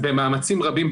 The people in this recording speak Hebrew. במאמצים רבים,